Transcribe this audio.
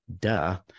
duh